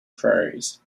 prairies